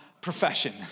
profession